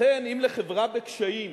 לכן, אם לחברה בקשיים